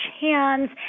hands